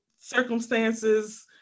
circumstances